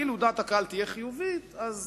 אם דעת הקהל תהיה חיובית, אז